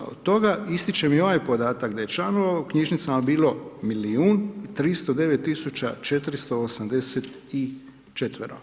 Od toga ističem i ovaj podatak, da je članova u knjižnicama bilo milijun 309 tisuća 484.